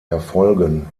erfolgen